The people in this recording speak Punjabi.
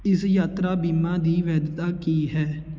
ਇਸ ਯਾਤਰਾ ਬੀਮਾ ਦੀ ਵੈਧਤਾ ਕੀ ਹੈ